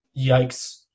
yikes